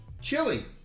Chili